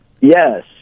Yes